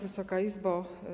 Wysoka Izbo!